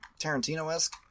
Tarantino-esque